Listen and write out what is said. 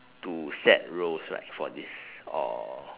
to set roles right for this or